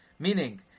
Meaning